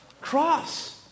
cross